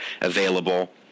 available